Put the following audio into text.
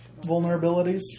vulnerabilities